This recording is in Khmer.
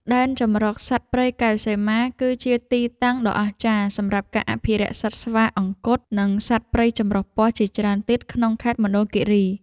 ដែនជម្រកសត្វព្រៃកែវសីមា គឺជាទីតាំងដ៏អស្ចារ្យសម្រាប់ការអភិរក្សសត្វស្វាអង្គត់ និងសត្វព្រៃចម្រុះពណ៌ជាច្រើនទៀតក្នុងខេត្តមណ្ឌលគិរី។